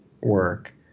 work